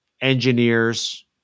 engineers